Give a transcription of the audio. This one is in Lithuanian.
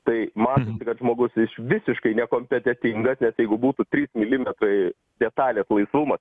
tai matosi kad žmogus iš visiškai nekompetentingas nes jeigu būtų trys milimetrai detalės laisvumas